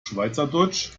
schweizerdeutsch